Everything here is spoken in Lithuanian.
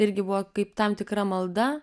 irgi buvo kaip tam tikra malda